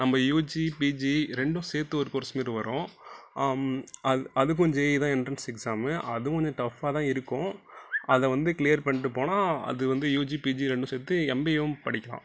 நம்ம UG PG ரெண்டும் சேர்த்து ஒரு கோர்ஸ் மாதிரி வரும் அதுக் அதுக்கும் ஜெஈ தான் என்ட்ரன்ஸ் எக்ஸாம் அதுவும் கொஞ்சம் டஃபாக தான் இருக்கும் அதை வந்து க்ளியர் பண்ணிட்டு போனால் அது வந்து யூஜி பீஜி ரெண்டும் சேர்த்து எம்பிஏவும் படிக்கலாம்